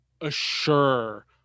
assure